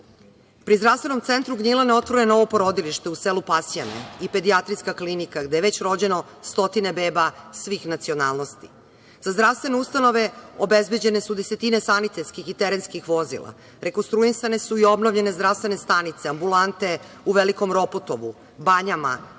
SPC.Pri Zdravstvenom centru Gnjilane otvoreno je novo porodilište u selu Pasjane i pedijatrijska klinika gde je već rođeno stotine beba svih nacionalnosti. Za zdravstvene ustanove obezbeđene su desetine sanitetskih i terenskih vozila. Rekonstruisane su i obnovljene zdravstvene stanice, ambulante u Velikom Ropotovu, Banjama,